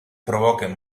provoquen